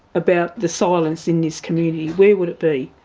about the silence in this community, where would it be?